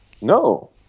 No